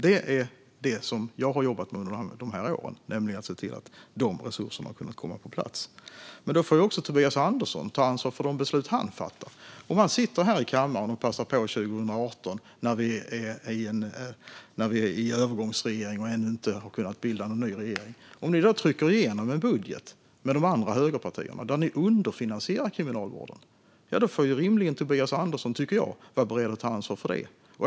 Det är detta som jag har jobbat med under dessa år, nämligen att se till att dessa resurser har kunnat komma på plats. Men då får också Tobias Andersson ta ansvar för de beslut som han fattar. När han och Sverigedemokraterna 2018, när vi hade en övergångsregering och ännu inte hade kunnat bilda någon ny regering, här i kammaren passade på att trycka igenom en budget tillsammans med de andra högerpartierna, där ni underfinansierade Kriminalvården, då tycker jag att Tobias Andersson rimligen får vara beredd att ta ansvar för det.